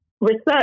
research